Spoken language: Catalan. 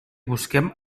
busquem